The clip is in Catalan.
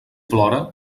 plora